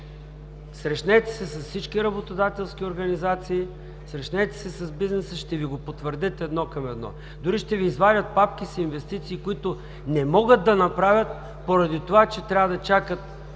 Срещнете се с всички работодателски организации, срещнете се с бизнеса – ще Ви го потвърдят едно към едно. Дори ще Ви извадят папки с инвестиции, които не могат да направят поради това, че трябва да чакат